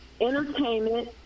entertainment